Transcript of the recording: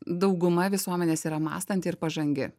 dauguma visuomenės yra mąstanti ir pažangi